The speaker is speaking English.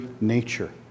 nature